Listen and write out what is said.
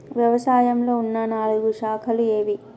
వ్యవసాయంలో ఉన్న నాలుగు శాఖలు ఏవి?